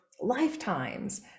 lifetimes